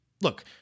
look